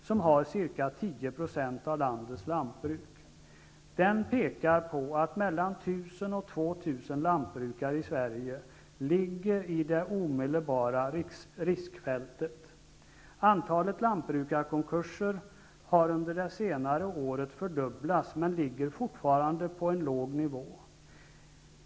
Där finns ca 10 % av landets lantbruk. Dessa undersökningar pekar på att mellan 1 000 och 2 000 lantbrukare ligger i det omedelbara riskfältet Antalet lantbrukarkonkurser har fördubblats under det senaste året, men ligger fortfarande på en låg nivå.